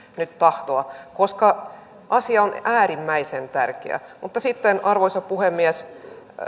nyt tahtoa koska asia on äärimmäisen tärkeä mutta sitten arvoisa puhemies